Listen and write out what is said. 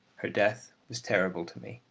her death was terrible to me